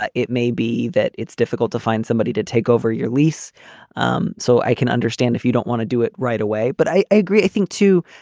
it may be that it's difficult to find somebody to take over your lease um so i can understand if you don't want to do it right away. but i i agree. i think too,